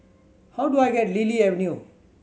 how do I get Lily Avenue